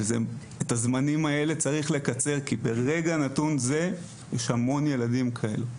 את הזמנים האלה צריך לקצר כי ברגע נתון זה יש המון ילדים כאלה.